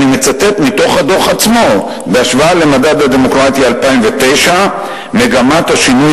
אני מצטט מתוך הדוח עצמו: בהשוואה למדד הדמוקרטיה 2009 מגמת השינוי